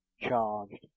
charged